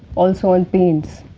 also on paints.